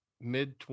mid